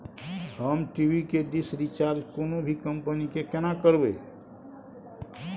हम टी.वी के dish recharge कोनो भी कंपनी के केना करबे?